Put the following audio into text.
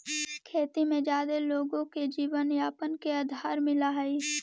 खेती में जादे लोगो के जीवनयापन के आधार मिलऽ हई